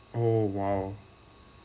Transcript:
oh !wow!